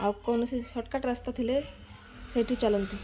ଆଉ କୌଣସି ସଟକଟ୍ ରାସ୍ତା ଥିଲେ ସେଇଠି ଚାଲନ୍ତୁ